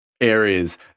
areas